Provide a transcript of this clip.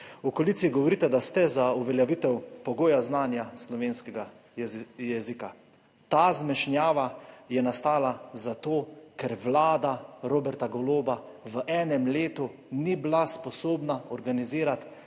V koaliciji govorite, da ste za uveljavitev pogoja znanja slovenskega jezika. Ta zmešnjava je nastala zato, ker Vlada Roberta Goloba v enem letu ni bila sposobna organizirati